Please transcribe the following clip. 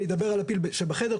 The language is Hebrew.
אדבר על הפיל שבחדר,